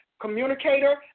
communicator